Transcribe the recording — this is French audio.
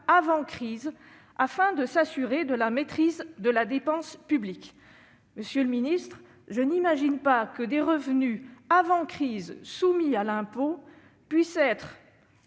avant la crise, afin de s'assurer de la maîtrise de la dépense publique. Monsieur le ministre, je n'imagine pas que des revenus perçus antérieurement à la crise et soumis à l'impôt puissent être